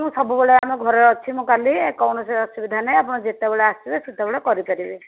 ମୁଁ ସବୁବେଳେ ଆମ ଘରେ ଅଛି ମୁଁ କାଲି କୌଣସି ଅସୁବିଧା ନାହିଁ ଆପଣ ଯେତେବେଳେ ଆସିବେ ସେତେବେଳେ କରିପାରିବେ